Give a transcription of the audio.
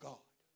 God